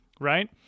right